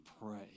pray